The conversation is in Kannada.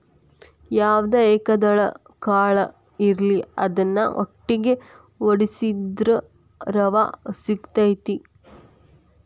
ಯಾವ್ದ ಏಕದಳ ಕಾಳ ಇರ್ಲಿ ಅದ್ನಾ ಉಟ್ಟಂಗೆ ವಡ್ಸಿದ್ರ ರವಾ ಸಿಗತೈತಿ